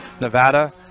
nevada